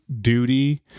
duty